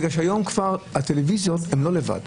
כי היום הטלוויזיות לא לבד,